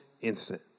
instant